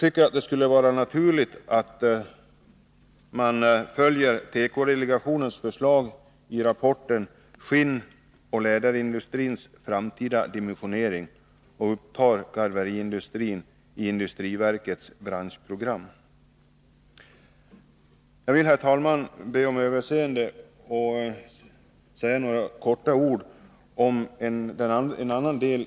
Det vore väl naturligt att följa tekodelegationens förslag i rapporten ”Skinnoch läderindustrins framtida dimensionering” och uppta garveriindustrin i industriverkets branschprogram. Herr talman! Jag skall bara säga några ord om en annan sak som tas upp i vår motion, nämligen äldrestödet.